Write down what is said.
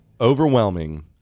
overwhelming